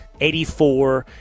84